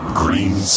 green